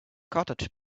cottage